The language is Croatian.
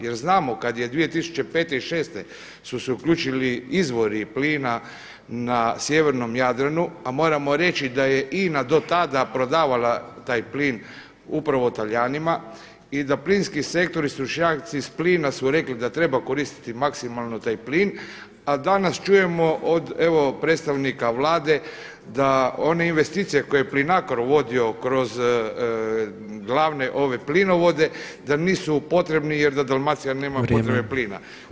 Jer znamo kada je 2005. i 2006. su se uključili izvori plina na sjevernom Jadranu, a moramo reći da je INA do tada prodavala taj plin upravo Talijanima i da plinski sektori su … plina su rekli da treba koristiti maksimalno taj plin, a danas čujemo od evo predstavnika Vlade da one investicije koje Plinacro vodio kroz glavne plinovode da nisu potrebni jer da Dalmacija nema potrebe plina